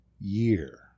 year